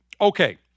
Okay